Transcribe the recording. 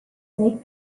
make